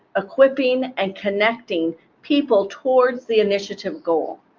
equipping, and connecting people towards the initiative goal.